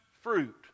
fruit